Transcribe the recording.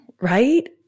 right